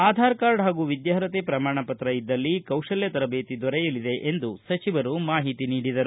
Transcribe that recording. Aadhaar card ಹಾಗೂ ವಿದ್ಯಾರ್ಹತೆಯ ಪ್ರಮಾಣ ಪತ್ರ ಇದ್ದಲ್ಲಿ ಕೌಶಲ್ಯ ತರಬೇತಿ ದೊರೆಯಲಿದೆ ಎಂದು ಸಚಿವರು ಮಾಹಿತಿ ನೀಡಿದರು